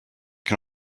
can